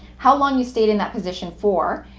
how long you stayed in that position for,